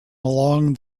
along